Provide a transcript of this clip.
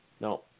No